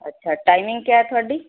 ਅੱਛਾ ਟਾਈਮਿੰਗ ਕੀ ਹੈ ਤੁਹਾਡੀ